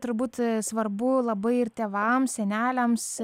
turbūt svarbu labai ir tėvams seneliams